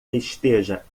esteja